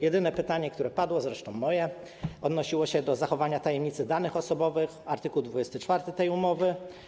Jedyne pytanie, które padło, zresztą moje, odnosiło się do zachowania tajemnicy danych osobowych, art. 24 tej umowy.